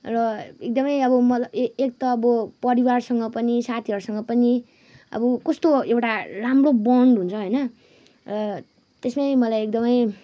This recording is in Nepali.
र एकदमै अब मलाई एक त अब परिवारसँग पनि साथीहरूसँग पनि अब कस्तो एउटा राम्रो बोन्ड हुन्छ होइन त्यसमै मलाई एकदमै